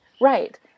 right